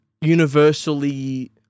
universally